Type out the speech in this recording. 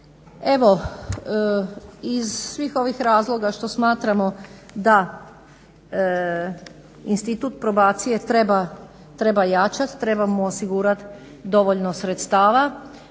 Evo, iz svih ovih razloga što smatramo da institut probacije treba jačati, trebamo osigurati dovoljno sredstava